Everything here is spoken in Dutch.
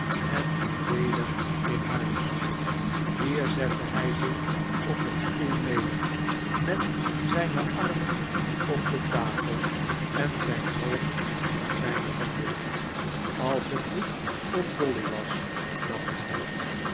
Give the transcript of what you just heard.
en ging weder in huis hier zette hij zich op een stoel neder met zijne armen op de tafel en zijn hoofd in zijne handen als het niet om dolly was dacht hij